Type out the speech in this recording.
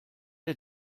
der